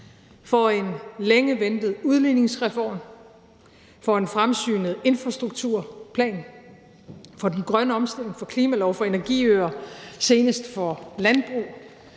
for en længe ventet udligningsreform, for en fremsynet infrastrukturplan, for den grønne omstilling, for en klimalov, for energiøer, senest for landbruget,